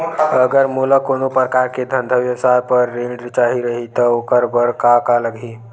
अगर मोला कोनो प्रकार के धंधा व्यवसाय पर ऋण चाही रहि त ओखर बर का का लगही?